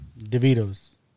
DeVito's